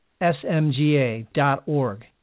smga.org